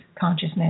consciousness